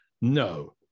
No